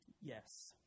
yes